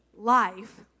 Life